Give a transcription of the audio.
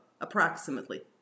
approximately